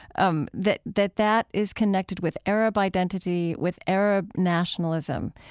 um that that that is connected with arab identity, with arab nationalism,